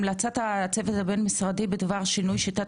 המלצת הצוות הבין-משרדי בדבר שינוי שיטת